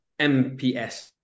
MPS